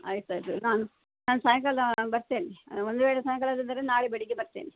ಆಯ್ತು ಅದು ನಾನು ಸಾಯಂಕಾಲ ಬರ್ತೇನೆ ಒಂದು ವೇಳೆ ಸಾಯಂಕಾಲ ಇಲ್ಲದಿದ್ದರೆ ನಾಳೆ ಬೆಳಿಗ್ಗೆ ಬರ್ತೇನೆ